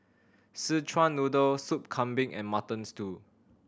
Szechuan Noodle Soup Kambing and Mutton Stew